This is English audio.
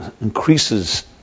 increases